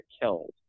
killed